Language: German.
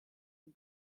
den